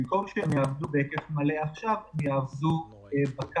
במקום שהם יעבדו בהיקף מלא עכשיו, הם יעבדו בקיץ.